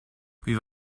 wie